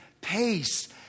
pace